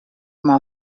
more